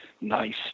nice